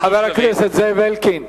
חבר הכנסת זאב אלקין,